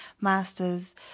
Master's